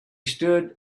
stood